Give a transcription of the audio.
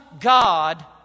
God